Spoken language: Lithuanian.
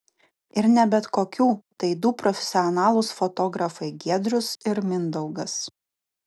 ir ne bet kokių tai du profesionalūs fotografai giedrius ir mindaugas